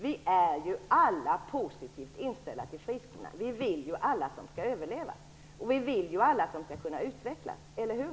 Vi är ju alla positivt inställda till friskolorna. Vi vill alla att de skall överleva. Vi vill alla att de skall kunna utvecklas - eller hur?